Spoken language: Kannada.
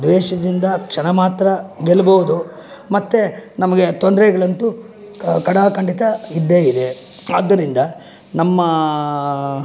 ದ್ವೇಷದಿಂದ ಕ್ಷಣ ಮಾತ್ರ ಗೆಲ್ಲಬಹುದು ಮತ್ತೆ ನಮಗೆ ತೊಂದರಗಳಂತೂ ಖಡಾ ಖಂಡಿತ ಇದ್ದೆ ಇದೆ ಆದ್ದರಿಂದ ನಮ್ಮ